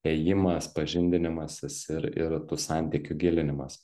ėjimas pažindinimasis ir ir tų santykių gilinimas